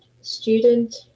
student